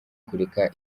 kureka